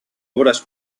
obras